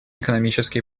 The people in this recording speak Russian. экономические